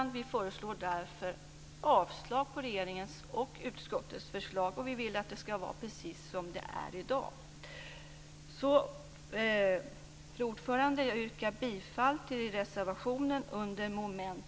Vi föreslår därför avslag på regeringens och utskottets förslag. Vi vill att det ska vara precis som det är i dag. Fru talman! Jag yrkar bifall till reservationen under mom. 1.